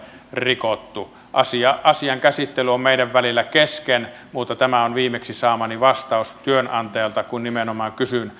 rikottu asian käsittely on meidän välillämme kesken mutta tämä on viimeksi saamani vastaus työnantajalta kun nimenomaan kysyin